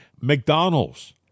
McDonald's